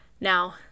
Now